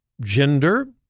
gender